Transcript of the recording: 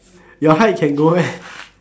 your height can go meh